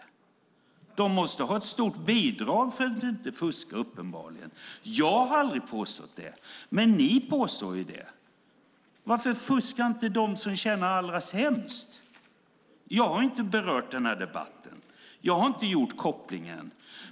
De måste uppenbarligen ha ett stort bidrag för att inte fuska. Jag har aldrig påstått det, men ni påstår det. Varför fuskar inte de som tjänar allra sämst? Jag har inte berört den här debatten. Jag har inte gjort kopplingen.